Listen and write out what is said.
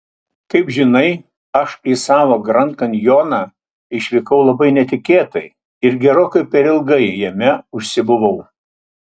kaip žinai aš į savo grand kanjoną išvykau labai netikėtai ir gerokai per ilgai jame užsibuvau